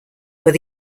were